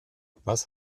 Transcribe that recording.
was